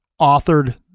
authored